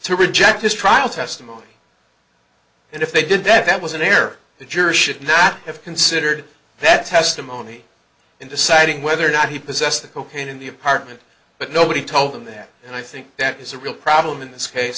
to reject his trial testimony and if they did that that was an error the jury should not have considered that testimony in deciding whether or not he possessed the cocaine in the apartment but nobody told them that and i think that is a real problem in this case